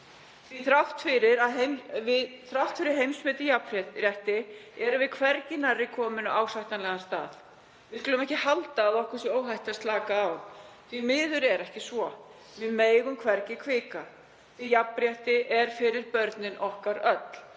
að þrátt fyrir heimsmet í jafnrétti erum við hvergi nærri komin á ásættanlegan stað. Við skulum ekki halda að okkur sé óhætt að slaka á. Því miður er ekki svo. Við megum hvergi hvika því að jafnrétti er fyrir börnin okkar öll,